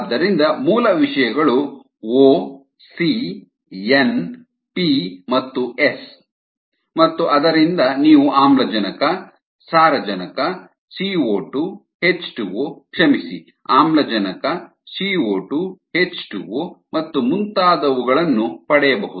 ಆದ್ದರಿಂದ ಮೂಲ ವಿಷಯಗಳು ಒ ಸಿ ಎನ್ ಪಿ ಮತ್ತು ಎಸ್ ಮತ್ತು ಅದರಿಂದ ನೀವು ಆಮ್ಲಜನಕ ಸಾರಜನಕ CO2 H2O ಕ್ಷಮಿಸಿ ಆಮ್ಲಜನಕ CO2 H2O ಮತ್ತು ಮುಂತಾದವುಗಳನ್ನು ಪಡೆಯಬಹುದು